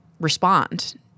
respond